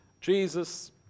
Jesus